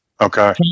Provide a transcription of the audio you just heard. okay